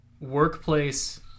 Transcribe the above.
workplace